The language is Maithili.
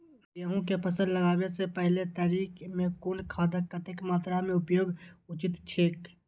गेहूं के फसल लगाबे से पेहले तरी में कुन खादक कतेक मात्रा में उपयोग उचित छेक?